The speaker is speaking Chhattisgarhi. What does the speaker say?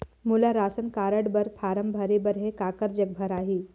मोला राशन कारड बर फारम भरे बर हे काकर जग भराही?